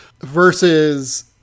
versus